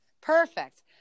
Perfect